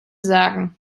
sagen